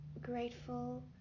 grateful